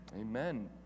Amen